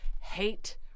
hate